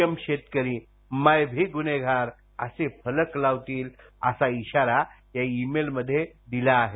M शेतकरी मै भी गुनेहगार असे फलक लावतील असा असा इशारा या ईमेल मध्ये दिला आहे